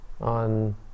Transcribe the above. on